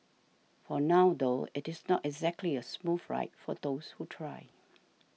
for now though it is not exactly a smooth ride for those who try